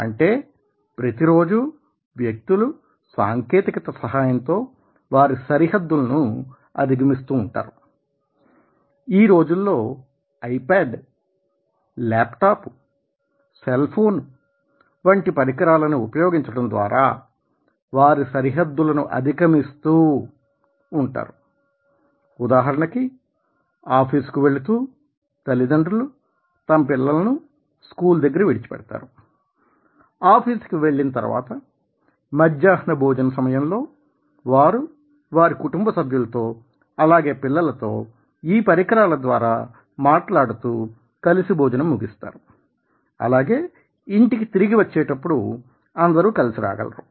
అంటే ప్రతిరోజు వ్యక్తులు సాంకేతికత సహాయంతో వారి సరిహద్దులను అధిగమిస్తూ ఉంటారు ఈ రోజుల్లో ఐప్యాడ్ ల్యాప్టాప్ సెల్ ఫోన్ వంటి పరికరాలని ఉపయోగించడం ద్వారా వారి సరిహద్దులను అధిగమిస్తూ ఉంటారు ఉదాహరణకి ఆఫీసుకు వెళుతూ తల్లిదండ్రులు తమ పిల్లలను స్కూలు దగ్గర విడిచిపెడతారు ఆఫీసుకి వెళ్ళిన తర్వాత మధ్యాహ్న భోజన సమయంలో వారు వారి కుటుంబ సభ్యులతో అలాగే పిల్లలతో ఈ పరికరాల ద్వారా మాట్లాడుతూ కలిసి భోజనం ముగిస్తారు అలాగే ఇంటికి తిరిగి వచ్చేటప్పుడు అందరూ కలిసి రాగలరు